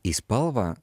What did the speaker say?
į spalvą